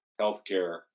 healthcare